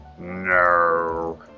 No